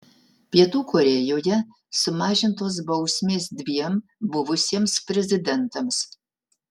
pietų korėjoje sumažintos bausmės dviem buvusiems prezidentams